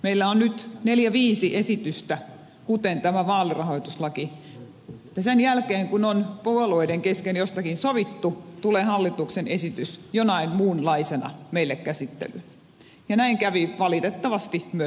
meillä on nyt neljä viisi esitystä kuten tämä vaalirahoituslaki mutta sen jälkeen kun on puolueiden kesken jostakin sovittu tulee hallituksen esitys jonain muunlaisena meille käsittelyyn ja näin kävi valitettavasti myös tässä